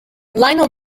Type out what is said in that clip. lionel